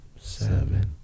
seven